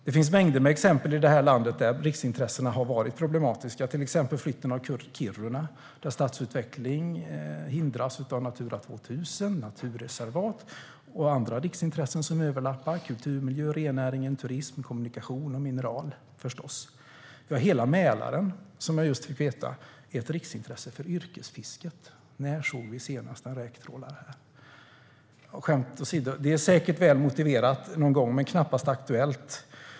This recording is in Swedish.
Det finns mängder av exempel i det här landet där riksintressena har varit problematiska, till exempel flytten av Kiruna där stadsutvecklingen hindras av Natura 2000, naturreservat och andra riksintressen som överlappar, kulturmiljö, rennäringen, turism, kommunikation och mineral. Hela Mälaren har jag just fått veta är ett riksintresse för yrkesfisket. När såg vi senast en räktrålare där? Skämt åsido! Det är säkert någon gång väl motiverat med ett riksintresse men knappast aktuellt.